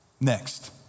Next